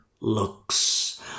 looks